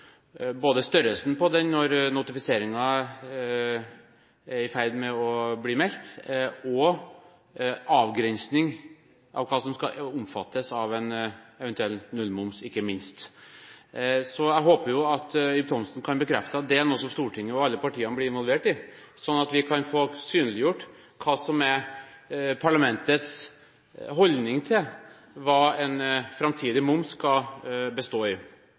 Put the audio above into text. både størrelsen på den når notifiseringen er i ferd med å bli meldt, og avgrensningen av hva som skal omfattes av en eventuell nullmoms, ikke minst. Så jeg håper at Ib Thomsen kan bekrefte at det er noe som Stortinget og alle partiene vil bli involvert i, slik at vi kan få synliggjort hva som er parlamentets holdning til hva en framtidig moms skal bestå i.